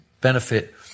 benefit